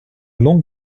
longue